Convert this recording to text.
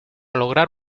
lograr